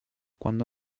quando